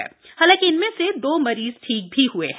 हालाकि इनमें से दो मरीज ठीक भी हुए हैं